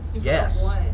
yes